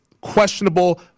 Questionable